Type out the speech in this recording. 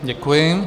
Děkuji.